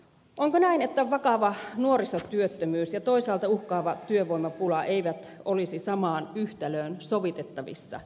onko näin että vakava nuorisotyöttömyys ja toisaalta uhkaava työvoimapula eivät olisi samaan yhtälöön sovitettavissa